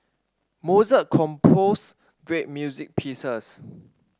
Mozart composed great music pieces